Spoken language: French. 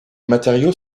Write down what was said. matériaux